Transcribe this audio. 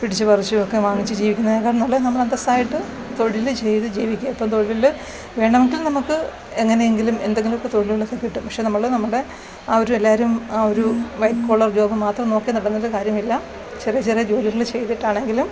പിടിച്ചു പറിച്ചും ഒക്കെ വാങ്ങിച്ച് ജീവിക്കുന്നതിനേക്കാൾ നല്ലത് നമ്മൾ അന്തസ്സായിട്ട് തൊഴിൽ ചെയ്ത് ജീവിക്കുക ഇപ്പം തൊഴിൽ വേണമെങ്കിൽ നമുക്ക് എങ്ങനെയെങ്കിലും എന്തെങ്കിലുമൊക്കെ തൊഴിലുകളൊക്കെ കിട്ടും പക്ഷേ നമ്മൾ നമ്മുടെ ആ ഒരു എല്ലാവരും ആ ഒരു വൈറ്റ് കോളർ ജോബ് മാത്രം നോക്കി നടന്നിട്ട് കാര്യമില്ല ചെറിയ ചെറിയ ജോലികൾ ചെയ്തിട്ടാണെങ്കിലും